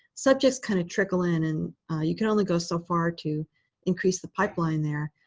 subjects kind of trickle in. and you can only go so far to increase the pipeline there.